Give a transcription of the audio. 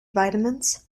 vitamins